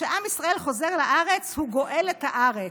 וכשעם ישראל חוזר לארץ, הוא גואל את הארץ,